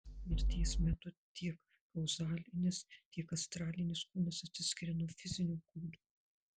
mirties metu tiek kauzalinis tiek astralinis kūnas atsiskiria nuo fizinio kūno